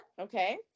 Okay